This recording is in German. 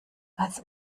als